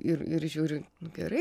ir ir žiūriu nu gerai